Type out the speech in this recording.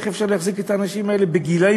איך אפשר להחזיק את האנשים האלה בגילים